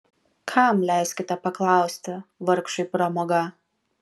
kam leiskite paklausti vargšui pramoga